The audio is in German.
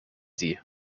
sie